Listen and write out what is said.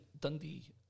Dundee